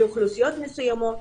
לאוכלוסיות מסוימות.